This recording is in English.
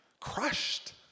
Crushed